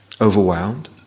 overwhelmed